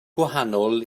gwahanol